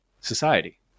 society